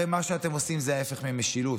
הרי מה שאתם עושים זה ההפך ממשילות.